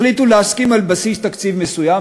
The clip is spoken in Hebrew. החליטו להסכים על בסיס תקציב מסוים,